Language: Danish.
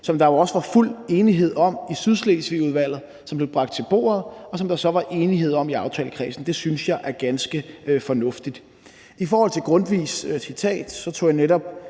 som der jo også var fuld enighed om i Sydslesvigudvalget. Det blev bragt til bordet, og der var så enighed om det i aftalekredsen. Det synes jeg er ganske fornuftigt. I forhold til citatet af Grundtvig tager jeg netop